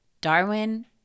Darwin